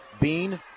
Bean